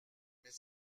mais